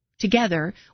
together